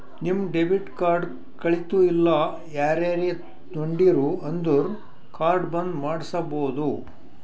ನಿಮ್ debit card ಕಳಿತು ಇಲ್ಲ ಯಾರರೇ ತೊಂಡಿರು ಅಂದುರ್ ಕಾರ್ಡ್ ಬಂದ್ ಮಾಡ್ಸಬೋದು